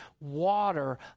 water